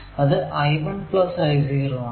അത് I1 I0 ആണ്